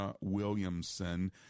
Williamson